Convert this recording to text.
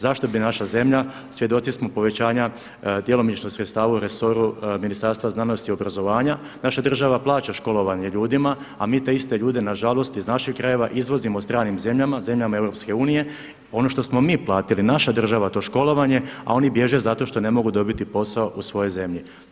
Zašto bi naša zemlja, svjedoci smo povećanja djelomično sredstava u resoru Ministarstva znanosti i obrazovanja, naša država plaća školovanje ljudima a mi te iste ljude nažalost iz naših krajeva izvozimo stranim zemalja, zemljama EU, ono što smo mi platili, naša država to školovanje a oni bježe zato što ne mogu dobiti posao u svojoj zemlji.